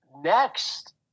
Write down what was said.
next